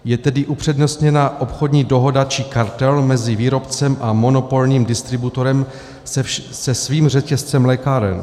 Je tedy upřednostněna obchodní dohoda či kartel mezi výrobcem a monopolním distributorem se svým řetězcem lékáren.